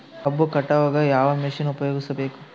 ಕಬ್ಬು ಕಟಾವಗ ಯಾವ ಮಷಿನ್ ಉಪಯೋಗಿಸಬೇಕು?